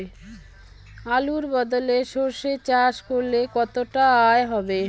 আলুর বদলে সরষে চাষ করলে কতটা আয় হবে?